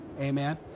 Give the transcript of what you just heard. amen